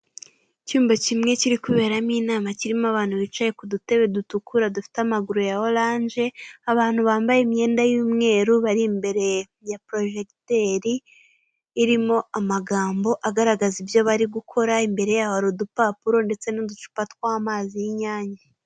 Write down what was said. Icyumba kimwe kiri kuberamo inama, kirimo abantu bicaye ku dutebe dutukura dufite amaguru ya oranje, abantu bambaye imyenda y'umweru bari imbere ya porojegiteri irimo amagambo agaragaza ibyo bari gukora, imbere yabo hari udupapuro ndetse n'uducupa tw'amazi y'inyange.